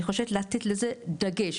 אני חושבת לתת לזה דגש.